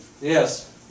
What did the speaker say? Yes